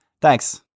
Thanks